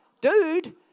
dude